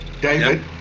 David